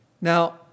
Now